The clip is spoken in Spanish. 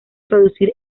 producir